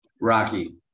Rocky